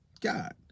God